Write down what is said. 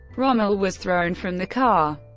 rommel was thrown from the car,